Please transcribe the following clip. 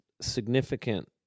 significant